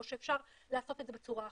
או שאפשר לעשות את זה בצורה אחרת.